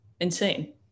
insane